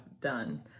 done